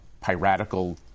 piratical